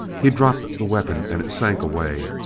he dropped the weapon and it sank away,